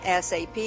SAP